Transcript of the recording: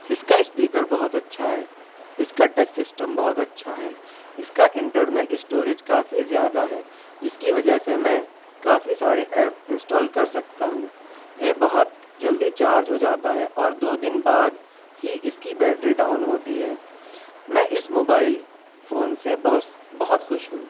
اس کا اسپیکر بہت اچھا ہے اس کا ٹچ سسٹم بہت اچھا ہے اس کا انٹرنل اسٹوریج کافی زیادہ ہے جس کی وجہ سے میں کافی سارے ایپ انسٹال کر سکتا ہوں یہ بہت جلدی چارج ہو جاتا ہے اور دو دن بعد ہی اس کی بیٹری ڈاؤن ہوتی ہے میں اس موبائل فون سے بہت بہت خوش ہوں